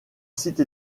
site